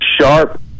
sharp